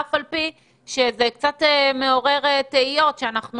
אף על פי שזה קצת מעורר תהיות כי אנחנו